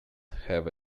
have